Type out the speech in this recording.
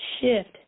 shift